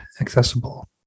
accessible